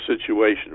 situation